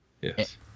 Yes